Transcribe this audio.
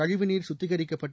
கழிவு நீர் சுத்திகரிக்கப்பட்டு